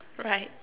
right